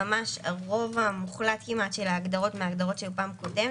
הרוב המוחלט של ההגדרות מההגדרות שהיו פעם קודמת.